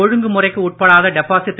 ஒழுங்கு முறைக்கு உட்படாத டெபாசிட்